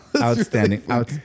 outstanding